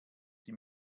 sie